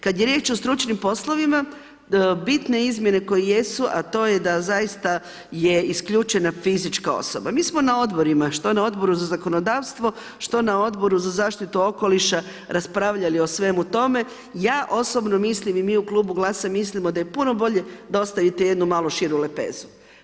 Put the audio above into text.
Kad je riječ o stručnim poslovima bitne izmjene koje jesu a to je da zaista je isključena fizička osoba, mi smo na odborima što na Odboru za zakonodavstvo što na Odboru za zaštitu okoliša raspravljali o svemu tome, ja osobno mislim i mi u Klubu GLAS-a mislimo da je puno bolje da ostavite jednu malo širu lepezu.